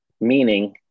Meaning